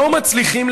לא מצליחים,